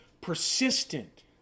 persistent